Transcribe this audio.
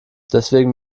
deswegen